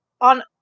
on